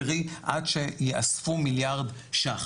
קרי עד שיאספו מיליארד שקלים.